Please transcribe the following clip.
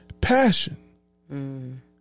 passion